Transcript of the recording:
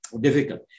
difficult